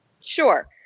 Sure